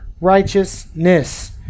righteousness